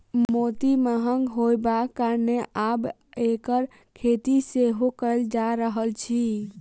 मोती महग होयबाक कारणेँ आब एकर खेती सेहो कयल जा रहल अछि